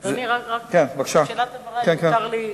אדוני, רק שאלת הבהרה, אם מותר לי.